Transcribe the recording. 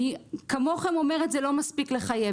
כמוכם אני אומרת שלא מספיק לחייב,